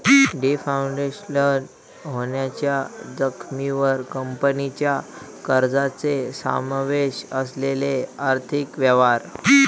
default होण्याच्या जोखमीवर कंपनीच्या कर्जाचो समावेश असलेले आर्थिक व्यवहार